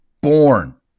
born